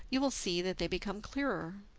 you will see that they become clearer.